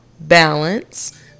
balance